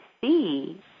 see